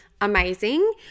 amazing